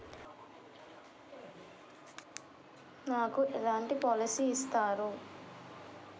నాకు ఎలాంటి పాలసీ ఇస్తారు?